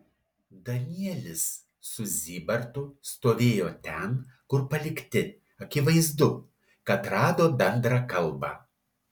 danielis su zybartu stovėjo ten kur palikti akivaizdu kad rado bendrą kalbą